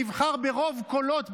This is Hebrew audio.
שנבחר ברוב קולות,